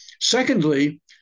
Secondly